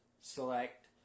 select